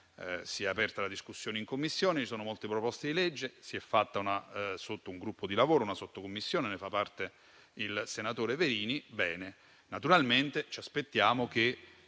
si è aperta la discussione in Commissione, ci sono molte proposte di legge e si è creato un sottogruppo di lavoro, una sottocommissione di cui fa parte il senatore Verini. Va bene, ma naturalmente ci aspettiamo che